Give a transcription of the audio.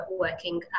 working